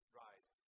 rise